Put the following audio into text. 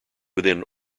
within